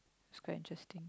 is quite interesting